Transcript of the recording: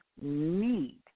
need